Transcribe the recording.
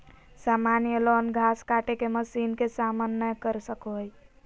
सामान्य लॉन घास काटे के मशीन के सामना नय कर सको हइ